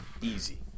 Easy